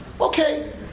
Okay